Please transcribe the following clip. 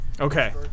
Okay